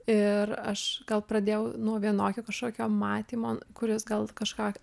ir aš gal pradėjau nuo vienokio kažkokio matymo kuris gal kažką